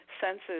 senses